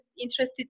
interested